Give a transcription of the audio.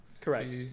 Correct